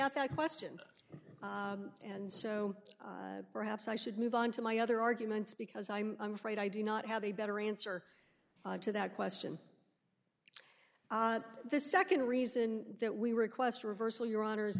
at that question and so perhaps i should move on to my other arguments because i'm afraid i do not have a better answer to that question the second reason that we request a reversal your hono